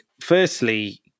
firstly